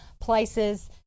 places